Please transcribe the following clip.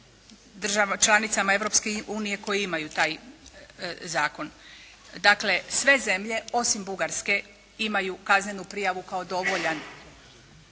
država, članicama Europske unije koje imaju taj zakon. Dakle, sve zemlje osim Bugarske imaju kaznenu prijavu kao dovoljan